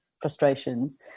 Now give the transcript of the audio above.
frustrations